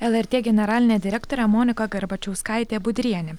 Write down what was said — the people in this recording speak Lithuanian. lrt generalinė direktorė monika garbačiauskaitė budrienė